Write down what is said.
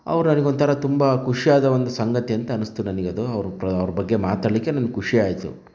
ಅವರು ಅವರಿಗೆ ಒಂಥರ ತುಂಬ ಖುಷಿಯಾದ ಒಂದು ಸಂಗತಿ ಅಂತ ಅನ್ನಿಸ್ತು ನನಗೆ ಅದು ಅವರ ಬ ಬಗ್ಗೆ ಮಾತಾಡ್ಲಿಕ್ಕೆ ನನಗೆ ಖುಷಿ ಆಯ್ತು